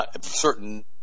certain